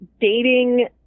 dating